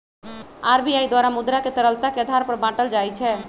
RBI द्वारा मुद्रा के तरलता के आधार पर बाटल जाइ छै